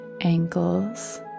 ankles